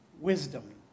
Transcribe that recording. wisdom